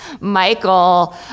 Michael